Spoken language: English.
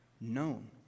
known